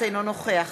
אינו נוכח